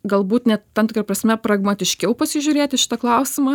galbūt net tam tikra prasme pragmatiškiau pasižiūrėt į šitą klausimą